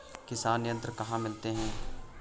किसान यंत्र कहाँ मिलते हैं?